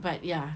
but ya